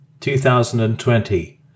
2020